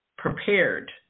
prepared